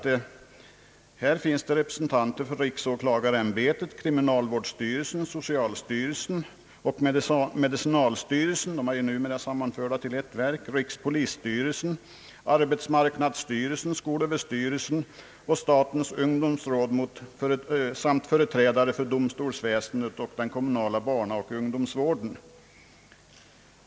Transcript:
Där finns representanter för riksåklagarämbetet, kriminalvårdsstyrelsen, socialstyrelsen och medicinalstyrelsen — numera som bekant sammanförda till ett verk — samt = rikspolisstyrelsen, arbetsmarknadsstyrelsen, skolöverstyrelsen och statens ungdomsråd samt företrädare för domstolsväsendet och den kommunala barnaoch ungdomsvården.